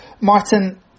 Martin